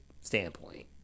standpoint